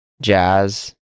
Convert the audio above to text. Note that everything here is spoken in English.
jazz